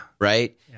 Right